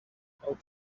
out